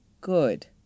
Good